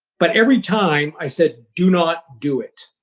but every time, i said, do not do it.